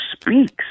speaks